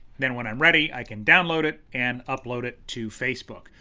then when i'm ready, i can download it and upload it to facebook.